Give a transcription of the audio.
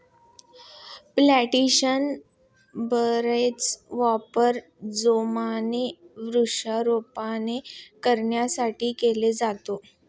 plantation बारचा वापर जोमाने वृक्षारोपण करण्यासाठी केला जातो